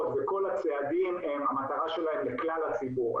וכל הצעדים המטרה שלהם לכלל הציבור.